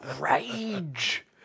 rage